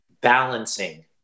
balancing